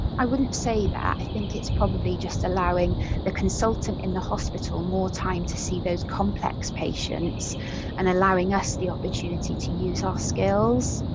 i wouldn't say that, i think it's probably just allowing the consultant in the hospital more time to see those complex patients and allowing us the opportunity to use our skills.